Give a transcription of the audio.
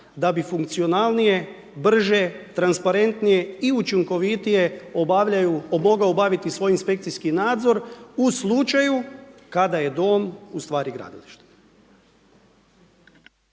da bi funkcionalnije, brže, transparentnije i učinkovitije mogao obaviti svoj inspekcijski nadzor u slučaju kada je dom u stvari gradilište.